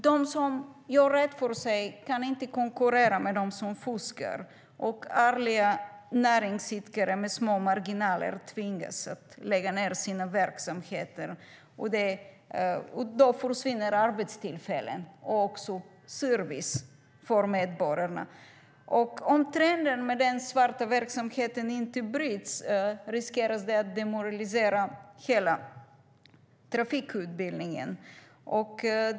De som gör rätt för sig kan inte konkurrera med dem som fuskar. Ärliga näringsidkare med små marginaler tvingas lägga ned sina verksamheter. Då försvinner arbetstillfällen och även service för medborgarna. Om trenden med den svarta verksamheten inte bryts riskerar det att demoralisera hela förarutbildningen.